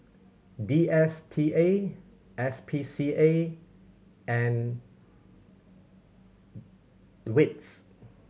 D S T A S P C A and wits